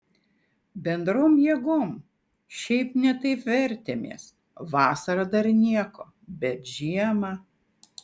bendrom jėgom šiaip ne taip vertėmės vasarą dar nieko bet žiemą